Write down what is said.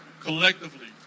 collectively